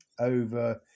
over